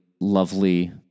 lovely